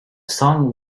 song